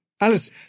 Alice